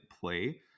play